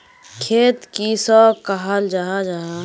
खेत किसोक कहाल जाहा जाहा?